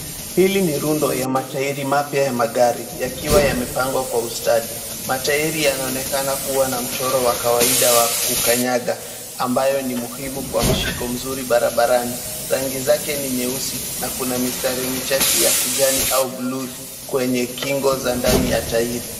Hili ni rundu ya matairi mapya ya magari, yakiwa yamepangwa kwa ustadi. Matairi yanawekana kuwa na mchoro wa kawaida wa kukanyaga, ambayo ni muhimu kwa mshiko mzuri barabarani. Rangi zake ni nyeusi, na kuna mistari michache ya kijani au bluu kwenye kingo za ndani ya tairi.